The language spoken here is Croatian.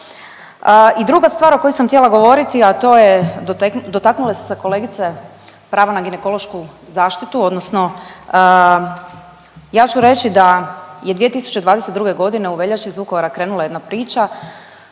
I druga stvar o kojoj sam htjela govoriti, a to je dotaknule su se kolegice pravo na ginekološku zaštitu odnosno ja ću reći da je 2022. godine u veljači iz Vukovara krenula jedna priča